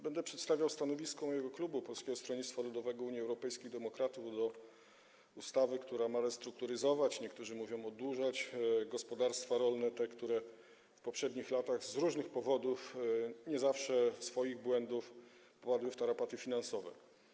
Będę przedstawiał stanowisko mojego klubu, klubu Polskiego Stronnictwa Ludowego - Unii Europejskich Demokratów, w sprawie ustawy, która ma restrukturyzować - niektórzy mówią: oddłużać - gospodarstwa rolne, które w poprzednich latach z różnych powodów, nie zawsze z powodu swoich błędów, wpadły w tarapaty finansowe.